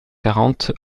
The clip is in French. quarante